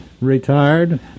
Retired